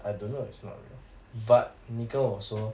I don't know it's not real but 你跟我说